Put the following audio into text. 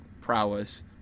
prowess